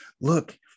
look